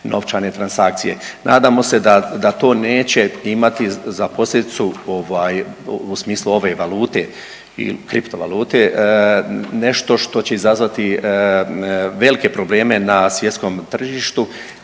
novčane transakcije. Nadamo se da to neće imati za posljedicu ovaj u smislu ove valute ili kriptovalute, nešto što će izazvati velike probleme na svjetskom tržištu